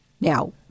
Now